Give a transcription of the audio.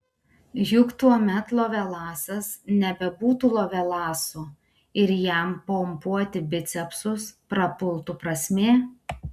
juk tuomet lovelasas nebebūtų lovelasu ir jam pompuoti bicepsus prapultų prasmė